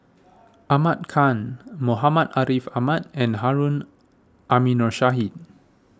Ahmad Khan Muhammad Ariff Ahmad and Harun Aminurrashid